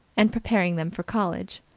and preparing them for college.